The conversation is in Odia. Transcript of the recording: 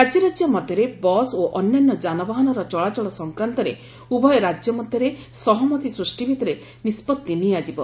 ରାଜ୍ୟ ରାଜ୍ୟ ମଧ୍ୟରେ ବସ୍ ଓ ଅନ୍ୟାନ୍ୟ ଯାନବାହାନର ଚଳାଚଳ ସଂକ୍ରାନ୍ତରେ ଉଭୟ ରାଜ୍ୟ ମଧ୍ୟରେ ସହମତି ସୃଷ୍ଟି ଭିଭିରେ ନିଷ୍ପଭି ନିଆଯିବ